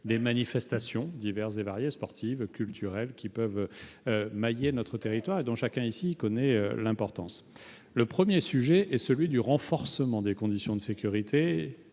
des manifestations diverses et variées, les manifestations sportives et culturelles, qui peuvent mailler notre territoire et dont chacun ici connaît l'importance. Le premier sujet, le renforcement des conditions de sécurité